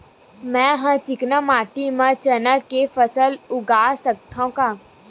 मै ह चिकना माटी म चना के फसल उगा सकथव का?